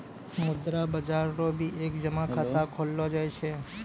मुद्रा बाजार रो भी एक जमा खाता खोललो जाय छै